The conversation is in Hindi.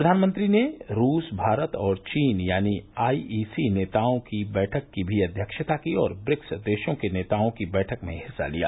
प्रधानमंत्री ने रूस भारत और चीन यानी आरआईसी नेताओं की बैठक की भी अध्यक्षता की और ब्रिक्स देशों के नेताओं की बैठक में हिस्सा लिया